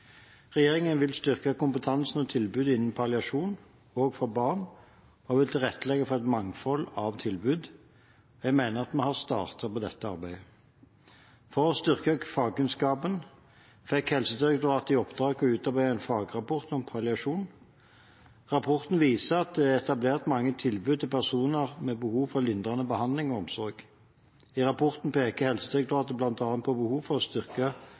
Regjeringen vil styrke kompetansen og tilbudet innen palliasjon, også for barn, og vil tilrettelegge for et mangfold av tilbud. Jeg mener vi har startet med dette arbeidet. For å styrke fagkunnskapen fikk Helsedirektoratet i oppdrag å utarbeide en fagrapport om palliasjon. Rapporten viser at det er etablert mange tilbud til personer med behov for lindrende behandling og omsorg. I rapporten peker Helsedirektoratet bl.a. på behov for å styrke